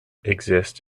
exist